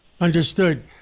Understood